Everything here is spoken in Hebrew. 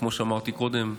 כמו שאמרתי קודם,